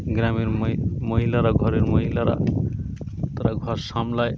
গ্রামের ম মহিলারা ঘরের মহিলারা তারা ঘর সামলায়